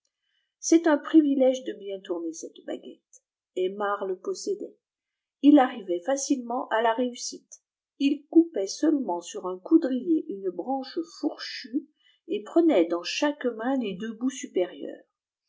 c'est un privilège de bien tourner cette b guette aymar le possédait ii arrivait facilement à la réussite il coupait seulement sur un coudrier une branche fourchue et prenait dans chaque main les deux bouts supérieurs